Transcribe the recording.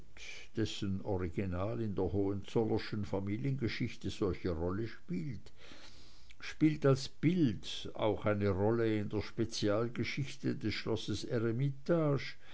dessen original in der hohenzollernschen familiengeschichte solche rolle spielt spielt als bild auch eine rolle in der spezialgeschichte des schlosses